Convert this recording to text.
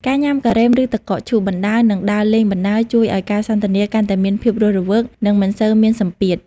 ការញ៉ាំ "ការ៉េម" ឬ "ទឹកកកឈូស" បណ្ដើរ និងដើរលេងបណ្ដើរ ជួយឱ្យការសន្ទនាកាន់តែមានភាពរស់រវើក និងមិនសូវមានសម្ពាធ។